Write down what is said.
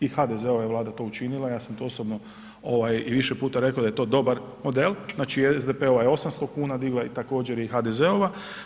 I HDZ-ova Vlada to učinila, ja sam to osobno i više puta rekao da je to dobar model, znači SDP-ova je 800 kn digla i također i HDZ-ova.